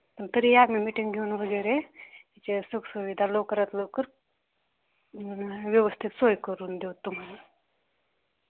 तरी या ना मी मीटिंग घेऊन वगैरे या सुखसुविधा लवकरात लवकर व्यवस्थित सोय करून देऊ तुम्हाला